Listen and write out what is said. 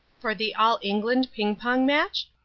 for the all england ping-pong match?